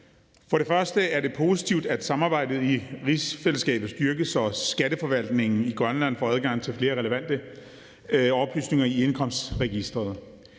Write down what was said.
For det første er det positivt, at samarbejdet i rigsfællesskabet styrkes og skatteforvaltningen i Grønland får adgang til flere relevante oplysninger i indkomstregistret.